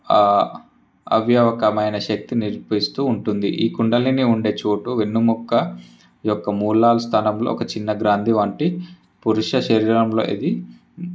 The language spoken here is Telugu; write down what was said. అవి ఒకమైన శక్తిని నిరూపిస్తూ ఉంటుంది ఈ కుండలిని ఉండే చోటు వెన్నుముక్క యొక్క మూలాలు స్థలంలో ఒక చిన్న గ్రంధి వంటి పురుష శరీరంలో ఇది